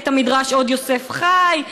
בית המדרש עוד יוסף חי,